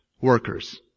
workers